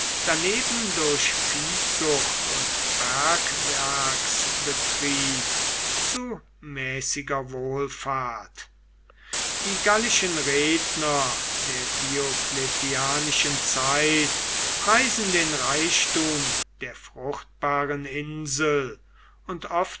daneben durch viehzucht und bergwerksbetrieb zu mäßiger wohlfahrt die gallischen redner der diocletianischen zeit preisen den reichtum der fruchtbaren insel und